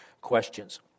questions